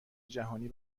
جهانی